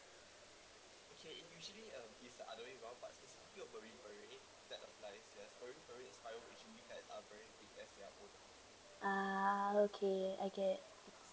ah okay I get it